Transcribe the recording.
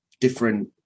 different